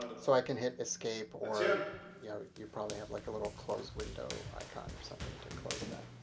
so i can hit escape or you know you probably have like a little close window icon or something to close that.